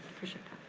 appreciate that.